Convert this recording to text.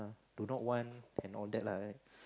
to not want and all that lah